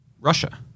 Russia